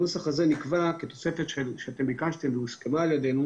הנוסח הזה נקבע כתוספת שאתם ביקשתם ואנו הסכמנו,